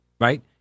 right